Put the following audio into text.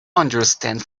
understand